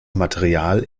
material